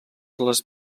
les